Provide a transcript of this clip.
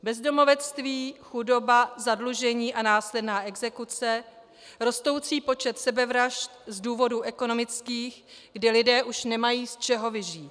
Bezdomovectví, chudoba, zadlužení a následná exekuce, rostoucí počet sebevražd z důvodů ekonomických, kdy lidé už nemají z čeho vyžít.